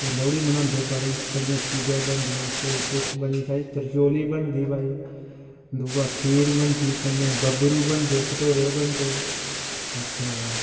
ते लोह्ड़ी मनांदे बड़ी बड़ियां चीज़ां बनदियां कोई कुछ भई तरचोली बनदी भई दूआ खीर बनदी कन्नै बबरू बनदे फटोरे बनदे अच्छा